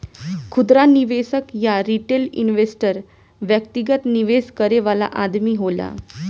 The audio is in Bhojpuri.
खुदरा निवेशक या रिटेल इन्वेस्टर व्यक्तिगत निवेश करे वाला आदमी होला